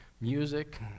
music